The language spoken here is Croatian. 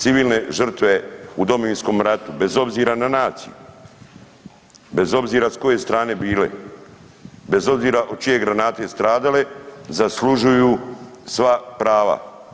Civilne žrtve u Domovinskom ratu, bez obzira na naciju, bez obzira s koje strane bile, bez obzira od čije granate stradale, zaslužuju sva prava.